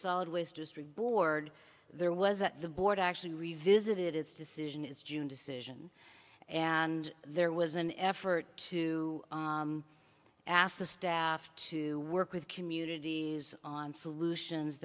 solid waste district board there was that the board actually revisited its decision its june decision and there was an effort to ask the staff to work with communities on solutions